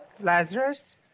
Lazarus